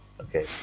Okay